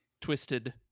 twisted